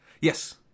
yes